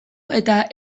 eta